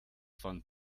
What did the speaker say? von